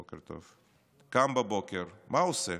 בוקר טוב, קם בבוקר, מה הוא עושה?